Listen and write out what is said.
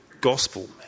gospel